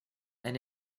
and